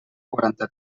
quaranta